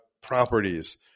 properties